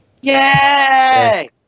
Yay